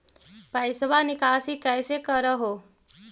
पैसवा निकासी कैसे कर हो?